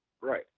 Right